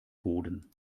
boden